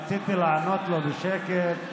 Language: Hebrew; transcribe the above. רציתי לענות לו בשקט,